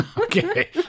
Okay